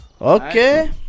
Okay